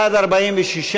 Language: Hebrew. התשע"ז 2017,